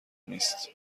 نیست